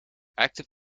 active